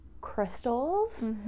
crystals